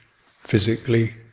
physically